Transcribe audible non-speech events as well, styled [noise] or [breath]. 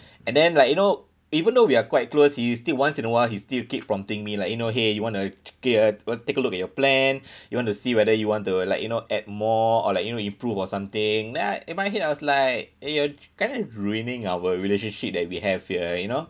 [breath] and then like you know even though we are quite close he still once in a while he still keep prompting me like you know !hey! you want to K uh want to take a look at your plan [breath] you want to see whether you want to like you know add more or like you know improve or something then I in my head I was like eh you're kind of ruining our relationship that we have here you know